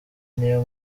niyo